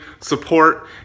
support